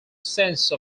sense